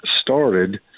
started